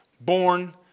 born